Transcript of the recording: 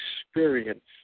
experience